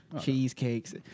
Cheesecakes